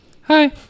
Hi